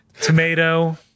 Tomato